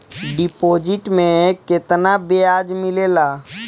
Deposit मे केतना बयाज मिलेला?